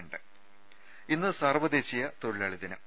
ത ഇന്ന് സാർവ്വദേശീയ തൊഴിലാളി ദിനം